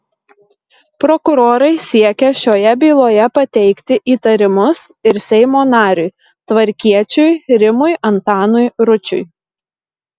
prokurorai siekia šioje byloje pateikti įtarimus ir seimo nariui tvarkiečiui rimui antanui ručiui